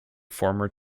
former